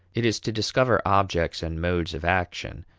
it is to discover objects and modes of action,